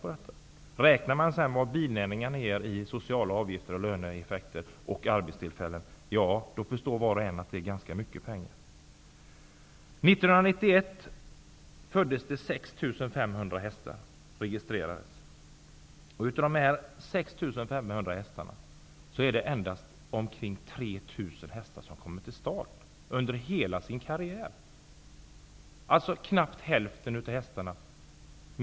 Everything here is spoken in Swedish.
Om man sedan räknar ut vad binäringarna ger i sociala avgifter, löneeffekter och arbetstillfällen, förstår var och en att det handlar om ganska mycket pengar. 1991 föddes 6 500 hästar som registrerades. Av dessa 6 500 hästar är det endast omkring 3 000 hästar som kommer till start under hela sin karriär.